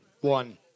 one